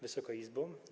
Wysoka Izbo!